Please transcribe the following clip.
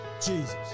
Jesus